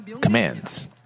commands